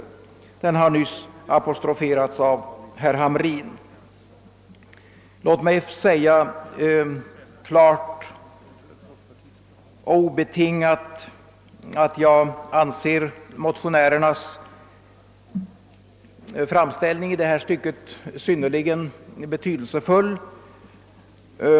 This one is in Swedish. Den har nyss kommenterats av herr Hamrin i Kalmar. Låt mig klart och obetingat säga att jag anser motionärernas framställning i detta stycke synnerligen betydelsefull.